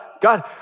God